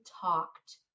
talked